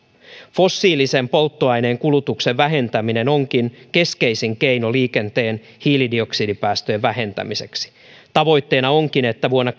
fossiilisen polttoaineen kulutuksen vähentäminen onkin keskeisin keino liikenteen hiilidioksidipäästöjen vähentämiseksi tavoitteena onkin että vuonna